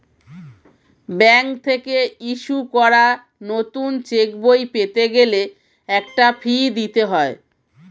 bank থেকে issue করা নতুন চেকবই পেতে গেলে একটা ফি দিতে হয়